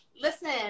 Listen